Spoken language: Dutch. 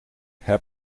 heb